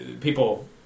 people